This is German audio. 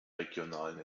regionalen